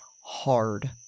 hard